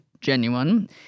Genuine